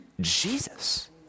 jesus